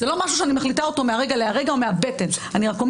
זה לא משהו שאני מחליטה מהרגע לרגע או מהבטן.